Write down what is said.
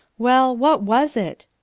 well, what was it?